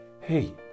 Hey